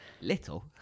Little